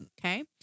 Okay